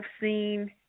seen